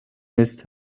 missed